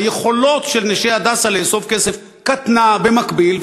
והיכולת של "נשות הדסה" לאסוף כסף קטנה במקביל,